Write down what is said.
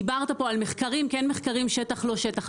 דיברת פה על מחקרים כן מחקרים שטח לא שטח.